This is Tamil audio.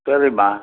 சரிம்மா